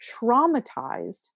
traumatized